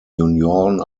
junioren